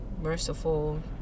Merciful